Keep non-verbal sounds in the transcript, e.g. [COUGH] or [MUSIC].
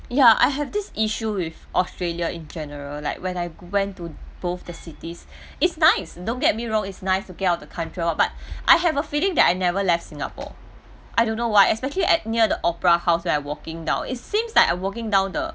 ya I have this issue with australia in general like when I went to both the cities it's nice don't get me wrong it's nice to get out of the country all but [BREATH] I have a feeling that I never left singapore I don't know why especially at near the opera house when I walking down it seems I'm walking down the